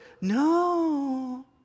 no